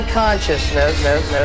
consciousness